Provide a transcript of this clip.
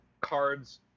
cards